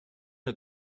der